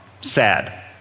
sad